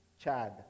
Chad